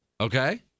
Okay